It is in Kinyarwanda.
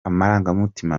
amarangamutima